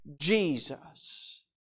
Jesus